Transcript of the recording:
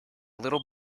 little